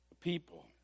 people